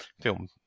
film